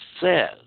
says